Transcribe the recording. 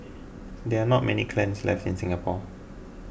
there are not many kilns left in Singapore